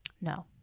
No